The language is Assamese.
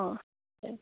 অঁ